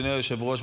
אדוני היושב-ראש,